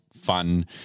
fun